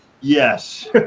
yes